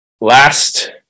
last